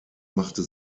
machte